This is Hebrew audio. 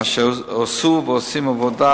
אשר עשו ועושים עבודה